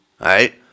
Right